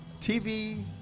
TV